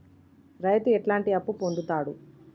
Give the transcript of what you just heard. రైతు ఎట్లాంటి అప్పు పొందుతడు?